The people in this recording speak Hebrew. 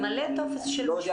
אני לא יודע להתייחס בשמם,